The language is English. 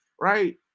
right